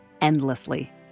endlessly